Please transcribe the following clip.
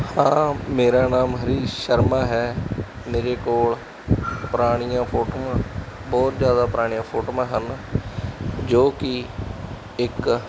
ਹਾਂ ਮੇਰਾ ਨਾਮ ਹਰੀਸ਼ ਸ਼ਰਮਾ ਹੈ ਮੇਰੇ ਕੋਲ ਪੁਰਾਣੀਆਂ ਫੋਟੋਆਂ ਹੋਰ ਜ਼ਿਆਦਾ ਪੁਰਾਣੀਆਂ ਫੋਟੋਆਂ ਹਨ ਜੋ ਕਿ ਇੱਕ